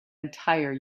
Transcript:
entire